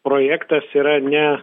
projektas yra ne